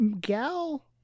gal